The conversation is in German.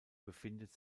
befindet